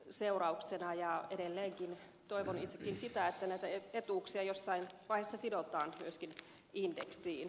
edelleen toivon itsekin sitä että näitä etuuksia jossain vaiheessa sidotaan myöskin indeksiin